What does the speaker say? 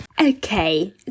okay